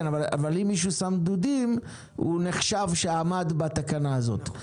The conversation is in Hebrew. אבל אם מישהו שם דודים, זה נחשב שעמד בתקנה הזאת.